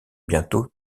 bientôt